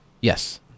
Yes